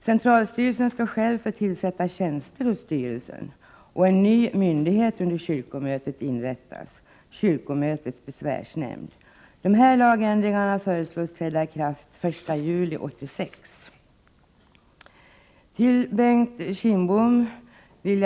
Centralstyrelsen skall själv få tillsätta tjänster hos styrelsen, och en ny myndighet under kyrkomötet inrättas, kyrkomötets besvärsnämnd. Dessa lagändringar föreslås träda i kraft den 1 juli 1986.